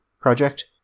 project